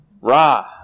Ra